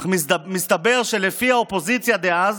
אך מסתבר שלפי האופוזיציה דאז